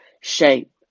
shape